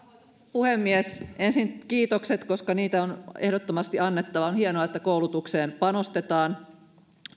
puhemies ensin kiitokset koska niitä on ehdottomasti annettava on hienoa että koulutukseen panostetaan